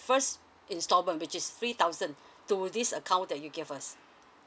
first instalment which is three thousand to this uh account that you give us